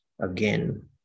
again